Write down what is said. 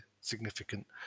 significant